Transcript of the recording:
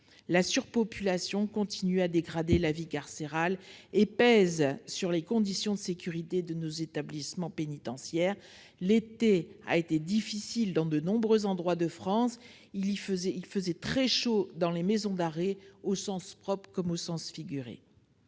La surpopulation continue de dégrader la vie carcérale et pèse sur les conditions de sécurité de nos établissements pénitentiaires. L'été a été difficile dans de nombreux endroits de France. Il faisait très chaud dans les maisons d'arrêt, au sens propre comme au sens figuré.